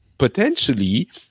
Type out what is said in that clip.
potentially